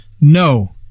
no